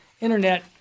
Internet